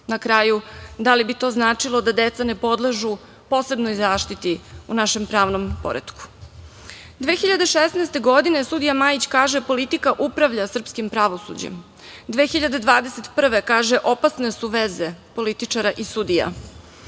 Na kraju, da li bi to značilo da deca na podležu posebnoj zaštiti u našem pravnom poretku? Godine 2016. sudija Majić kaže - politika upravlja srpskim pravosuđem, 2021. godine kaže - opasne su veze političara i sudija.